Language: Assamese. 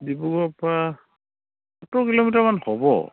ডিব্ৰুগড়ৰপৰা সত্তৰ কিলোমিটাৰমান হ'ব